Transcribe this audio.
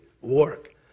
work